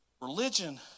religion